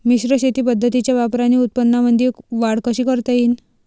मिश्र शेती पद्धतीच्या वापराने उत्पन्नामंदी वाढ कशी करता येईन?